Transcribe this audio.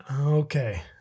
okay